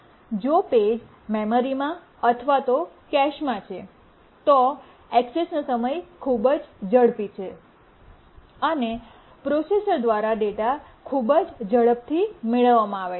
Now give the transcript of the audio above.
જો પેજ મેમરીમાં અથવા કેશમાં છે તો ઍક્સેસનો સમય ખૂબ જ ઝડપી છે અને પ્રોસેસર દ્વારા ડેટા ખૂબ જ ઝડપથી મેળવવામાં આવે છે